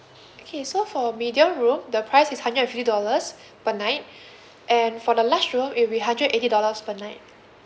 okay so for medium room the price is hundred and fifty dollars per night and for the large room it'll be hundred eighty dollars per night